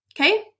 Okay